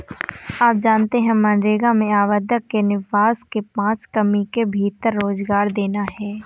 आप जानते है मनरेगा में आवेदक के निवास के पांच किमी के भीतर रोजगार देना है?